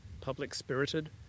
public-spirited